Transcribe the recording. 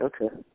Okay